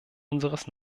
unseres